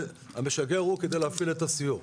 המשגר הוא כדי להפעיל את הסיור.